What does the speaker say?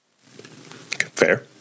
Fair